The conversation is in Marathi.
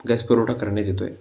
गॅस पुरवठा करण्यात येतो आहे